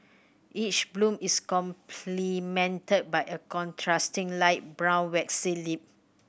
each bloom is complemented by a contrasting light brown waxy lip